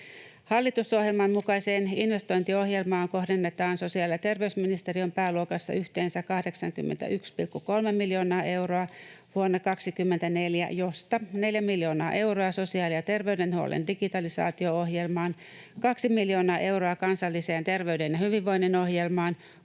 Hallitusohjelman mukaiseen investointiohjelmaan kohdennetaan sosiaali- ja terveysministeriön pääluokassa yhteensä 81,3 miljoonaa euroa vuonna 24, josta 4 miljoonaa euroa sosiaali- ja terveydenhuollon digitalisaatio-ohjelmaan, 2 miljoonaa euroa kansalliseen terveyden ja hyvinvoinnin ohjelmaan,